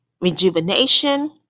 rejuvenation